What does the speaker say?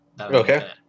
Okay